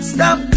Stop